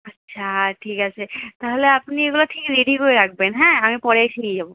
আচ্ছা ঠিক আছে তাহলে আপনি এগুলো ঠিক রেডি করে রাকবেন হ্যাঁ আমি পরে এসে নিয়ে যাবো